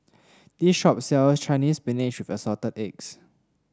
this shop sells Chinese Spinach with Assorted Eggs